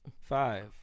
Five